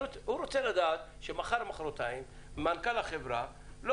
הוא רוצה לדעת שמחר או מחרתיים מנכ"ל החברה לא